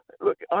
Look